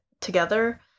together